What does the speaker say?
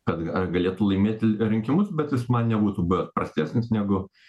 kad galėtų laimėti rinkimus bet jis man nebūtų prastesnis negu